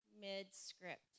mid-script